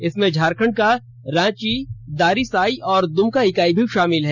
इसमें झारखंड का रांची दारीसाई और दुमका इकाई भी शामिल है